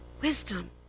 wisdom